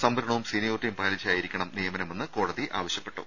സംവരണവും സീനിയോറിറ്റിയും പാലിച്ചായിരിക്കണം നിയമനമെന്ന് കോടതി ആവശ്യപ്പെട്ടു